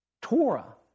Torah